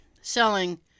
selling